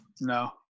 No